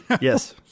yes